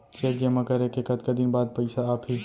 Cheque जेमा करे के कतका दिन बाद पइसा आप ही?